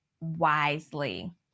wisely